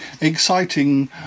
exciting